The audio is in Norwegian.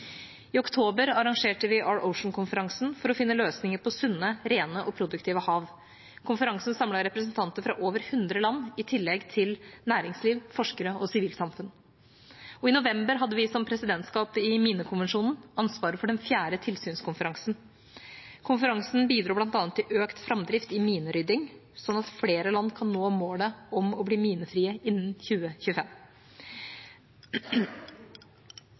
I oktober arrangerte vi Our Ocean-konferansen for å finne løsninger for sunne, rene og produktive hav. Konferansen samlet representanter fra over 100 land, i tillegg til næringsliv, forskere og sivilsamfunn. I november hadde vi som presidentskap i Minekonvensjonen ansvaret for den den fjerde tilsynskonferansen. Konferansen bidro bl.a. til økt framdrift i minerydding, slik at flere land kan nå målet om å bli minefrie innen 2025.